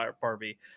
barbie